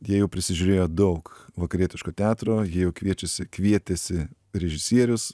jie jau prisižiūrėjo daug vakarietiško teatro jie jau kviečiasi kvietėsi režisierius